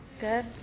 Good